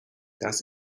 das